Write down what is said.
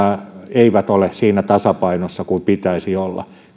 ei ole siinä tasapainossa kuin pitäisi olla